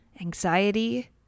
anxiety